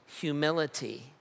humility